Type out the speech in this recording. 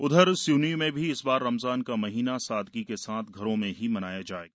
उधर सिवनी में भी इस बार रमजान का महीना सादगी के साथ घरों में ही मनाया जाएगा